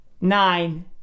Nine